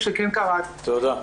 תודה.